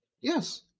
Yes